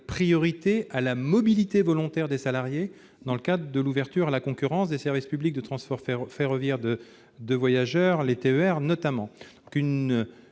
priorité à la mobilité volontaire des salariés dans le cadre de l'ouverture à la concurrence des services publics de transport ferroviaire de voyageurs, notamment